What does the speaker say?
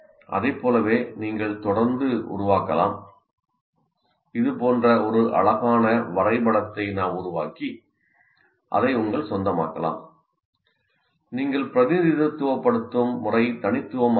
அதைப் போலவே நீங்கள் தொடர்ந்து உருவாக்கலாம் இது போன்ற ஒரு அழகான வரைபடத்தை நாம் உருவாக்கி அதை உங்கள் சொந்தமாக்கலாம் நீங்கள் பிரதிநிதித்துவப்படுத்தும் முறை தனித்துவமாக இருக்கும்